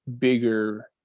bigger